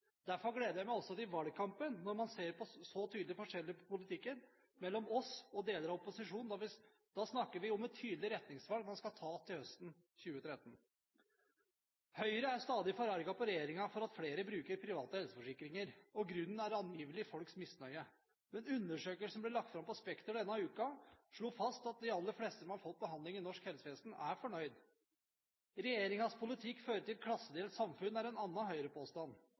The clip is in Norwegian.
Derfor gleder jeg meg også til valgkampen. Når man ser så tydelige forskjeller i politikken mellom oss og deler av opposisjonen, snakker vi om et tydelig retningsvalg man skal ta høsten 2013. Høyre er stadig forarget på regjeringen for at flere bruker private helseforsikringer – grunnen er granngivelig folks misnøye. Men en undersøkelse som ble lagt fram på Spekter denne uken, slo fast at de aller fleste som har fått behandling i norsk helsevesen, er fornøyd. At regjeringens politikk fører til et klassedelt samfunn, er en